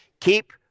Keep